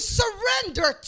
surrender